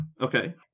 Okay